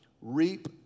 reap